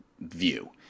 view